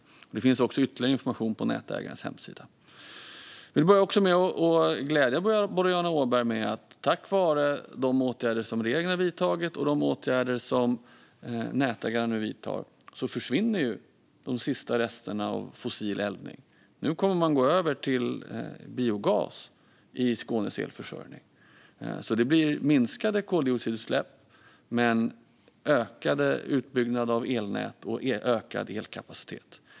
Det finns också ytterligare information på nätägarens hemsida. Jag vill börja med att glädja Boriana Åberg med att tack vare de åtgärder som regeringen har vidtagit och de åtgärder som nätägarna nu vidtar försvinner de sista resterna av fossil eldning. Nu kommer man att gå över till biogas i Skånes elförsörjning. Det blir minskade koldioxidutsläpp men ökad utbyggnad av elnät och ökad elkapacitet.